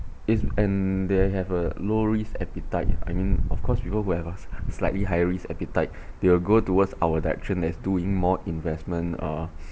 is and they have a low risk appetite I mean of course people who have a sli~ slightly higher risk appetite they will go towards our direction as doing more investment uh